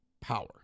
Power